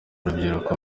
rubyiruko